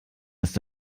ist